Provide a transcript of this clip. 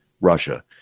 Russia